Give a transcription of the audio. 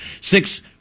six